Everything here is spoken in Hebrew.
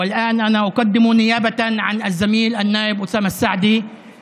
וכעת אני מציע אותו במקום חבר הכנסת אוסאמה סעדי,